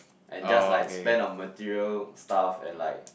and just like spend on material stuff and like